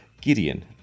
Gideon